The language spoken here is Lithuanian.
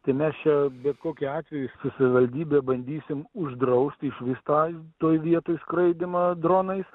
tai mes čia bet kokiu atveju su savivaldybe bandysim uždrausti išvis tą toj vietoj skraidymą dronais